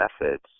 methods